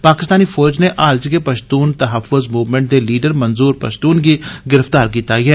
पाकस्तानी फौज नै हाल च गै पशतून तहाफुज़ मूवमैंट दे लीडर मन्जूर पशतीन गी गिरफ्तार कीता ऐ